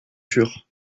sûr